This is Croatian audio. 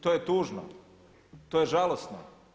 To je tužno, to je žalosno.